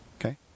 Okay